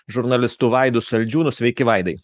žurnalistu vaidu saldžiūnu sveiki vadai